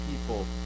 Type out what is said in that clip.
people